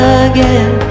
again